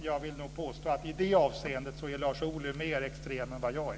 Jag vill nog påstå att i det avseendet är Lars Ohly mer extrem än vad jag är.